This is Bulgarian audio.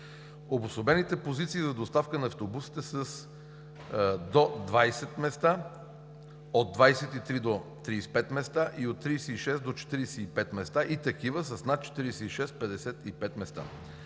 Обособените позиции за доставка на автобусите са до 20 места, от 23 до 35 места и от 36 до 45 места, и такива с над 46 – 55 места.